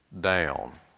down